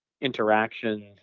interactions